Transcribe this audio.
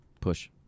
Push